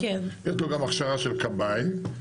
יש לו גם הכשרה של כבאי,